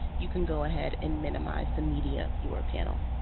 you can go ahead and minimize the media viewer panel.